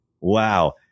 wow